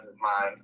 mind